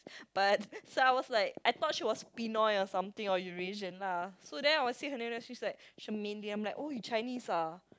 but so I was like I thought she was Pinoy or something or Eurasian lah so then I will say something then she like Shermaine then I'm like oh you Chinese ah